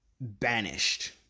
banished